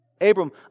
Abram